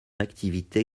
activité